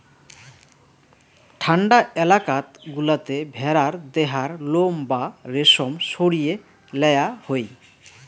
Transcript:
ঠান্ডা এলাকাত গুলাতে ভেড়ার দেহার লোম বা রেশম সরিয়ে লেয়া হই